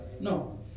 No